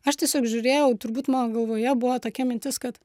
aš tiesiog žiūrėjau turbūt mano galvoje buvo tokia mintis kad